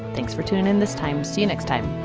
thanks for tuning in this time. see you next time